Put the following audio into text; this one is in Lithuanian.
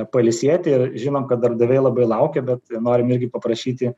pailsėti ir žinom kad darbdaviai labai laukia bet norim irgi paprašyti